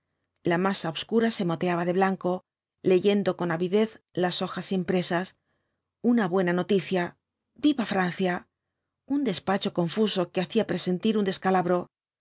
la masa obscura se moteaba de blanco leyendo con avidez las hojas impresas una buena noticia viva francia un despacho confuso que hacía presentir un descalabro